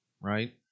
right